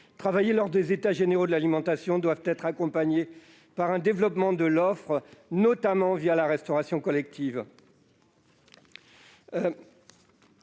travaillés lors des États généraux de l'alimentation, doivent être accompagnés par un développement de l'offre, notamment la restauration collective.